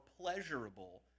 pleasurable